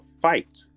fight